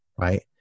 right